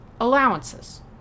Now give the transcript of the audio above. allowances